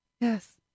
Yes